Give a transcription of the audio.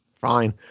fine